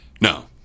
No